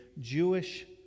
Jewish